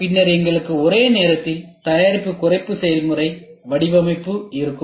பின்னர் எங்களுக்கு ஒரே நேரத்தில் தயாரிப்பு குறைப்பு செயல்முறை வடிவமைப்பு இருக்கும்